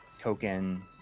token